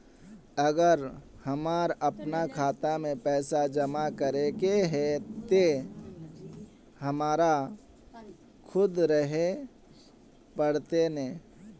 अगर हमर अपना खाता में पैसा जमा करे के है ते हमरा खुद रहे पड़ते ने?